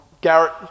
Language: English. Garrett